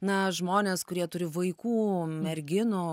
na žmonės kurie turi vaikų merginų